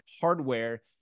hardware